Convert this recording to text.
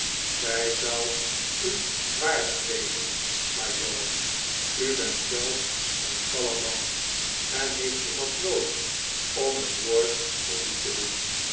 zij zou u waardig wezen majoor u bent zelf een kalm man en heeft iemand noodig om het woord voor u te doen